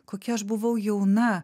kokia aš buvau jauna